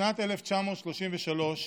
בשנת 1933,